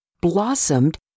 blossomed